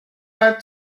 leib